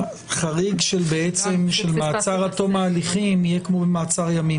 החריג בעצם של מעצר עד תום ההליכים יהיה כמו מעצר ימים.